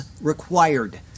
required